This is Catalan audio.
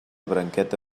branqueta